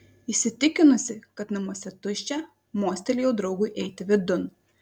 įsitikinusi kad namuose tuščia mostelėjau draugui eiti vidun